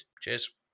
Cheers